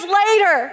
later